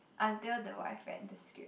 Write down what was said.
until the wife read the script